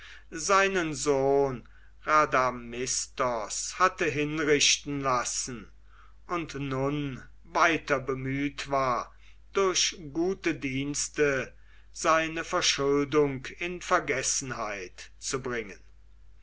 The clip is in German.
seinen sohn rhadamistos hatte hinrichten lassen und nun weiter bemüht war durch gute dienste seine verschuldung in vergessenheit zu bringen